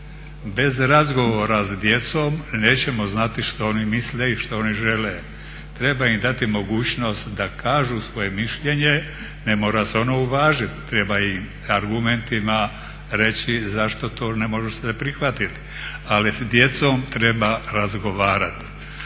Bez razgovora s djecom nećemo znati što oni misle i što oni žele. treba im dati mogućnost da kažu svoje mišljenje, ne mora se ono uvažiti treba im argumentima reći zašto se to ne može prihvatiti, ali s djecom treba razgovarati.